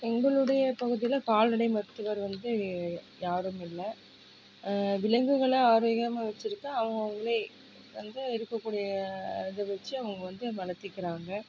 எங்களுடைய பகுதியில் கால்நடை மருத்துவர் வந்து யாரும் இல்லை விலங்குகளை ஆரோக்கியமாக வச்சிருக்க அவங்கவுங்களே வந்து இருக்கக்கூடிய இதை வச்சி அவங்க வந்து வளர்த்திக்கிறாங்க